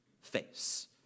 face